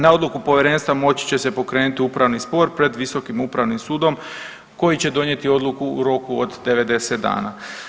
Na odluku povjerenstva moći će se pokrenuti upravni spor pred visokom upravnim sudom koji će donijeti odluku u roku od 90 dana.